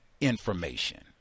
information